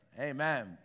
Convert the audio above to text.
amen